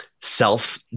self